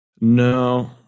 No